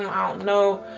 no, i don't know.